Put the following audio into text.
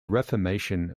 reformation